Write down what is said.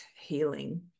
healing